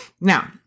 Now